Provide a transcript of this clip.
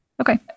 Okay